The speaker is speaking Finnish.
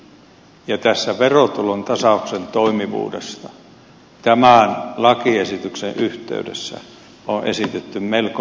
tästä verotulon tasauksen toimivuudesta tämän lakiesityksen yhteydessä on esitetty melko mielenkiintoisia mielikuvia